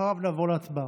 אחריו נעבור להצבעה.